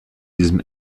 diesem